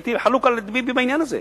הייתי חלוק על ביבי בעניין הזה,